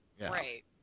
right